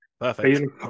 Perfect